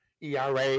ERA